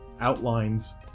outlines